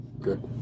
Good